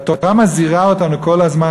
והתורה מזהירה אותנו כל הזמן,